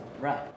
Right